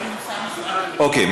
אוקיי,